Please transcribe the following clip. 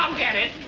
um get it.